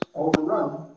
overrun